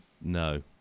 No